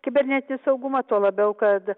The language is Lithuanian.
kibernetinį saugumą tuo labiau kad